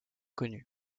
connu